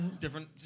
different